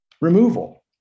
removal